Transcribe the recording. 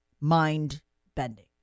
mind-bending